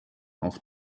auf